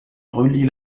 relie